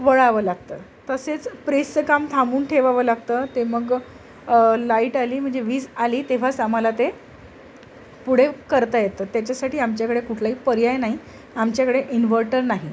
वळावं लागतं तसेच प्रेसचं काम थांबून ठेवावं लागतं ते मग लाईट आली म्हणजे वीज आली तेव्हाच आम्हाला ते पुढे करता येतं त्याच्यासाठी आमच्याकडे कुठलाही पर्याय नाही आमच्याकडे इनव्हर्टर नाही